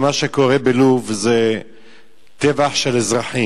שמה שקורה בלוב זה טבח של אזרחים,